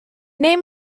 name